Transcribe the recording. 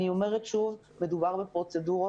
אני אומרת שוב שמדובר בפרוצדורות.